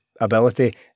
ability